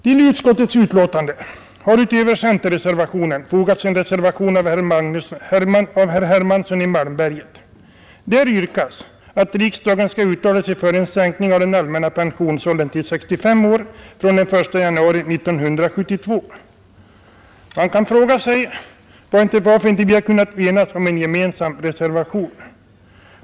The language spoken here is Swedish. Till utskottets betänkande har utöver centerreservationen fogats en reservation av herr Hermansson i Malmberget. Däri yrkas, att riksdagen skall uttala sig för en sänkning av den allmänna pensionsåldern till 65 år från den 1 januari 1972. Man kan fråga sig varför vi inte kunnat enas om en gemensam reservation.